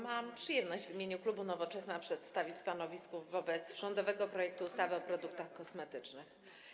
Mam przyjemność w imieniu klubu Nowoczesna przedstawić stanowisko wobec rządowego projektu ustawy o produktach kosmetycznych.